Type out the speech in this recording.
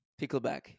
Pickleback